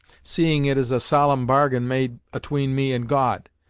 seeing it is a solemn bargain made atween me and god.